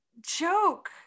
joke